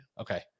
Okay